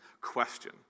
question